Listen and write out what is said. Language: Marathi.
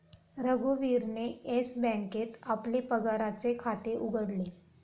रघुवीरने येस बँकेत आपले पगाराचे खाते उघडले